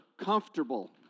comfortable